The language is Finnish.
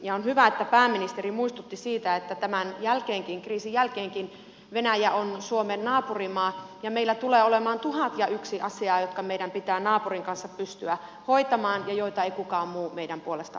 ja on hyvä että pääministeri muistutti siitä että tämän jälkeenkin kriisin jälkeenkin venäjä on suomen naapurimaa ja meillä tulee olemaan tuhat ja yksi asiaa jotka meidän pitää naapurin kanssa pystyä hoitamaan ja joita ei kukaan muu meidän puolestamme hoida